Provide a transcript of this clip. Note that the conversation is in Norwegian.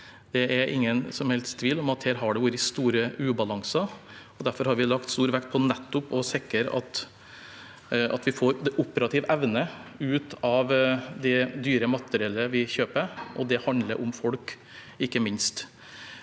Det er ingen som helst tvil om at det her har vært store ubalanser, og derfor har vi lagt stor vekt på nettopp å sikre at vi får operativ evne ut av det dyre materiellet vi kjøper. Det handler ikke minst